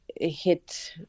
Hit